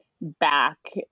back